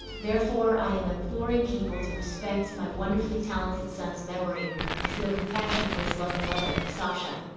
therefore i am imploring people to respect my wonderfully talented son's memory and feel compassion for his loving mother, sasha,